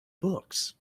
books